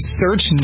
search